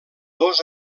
dos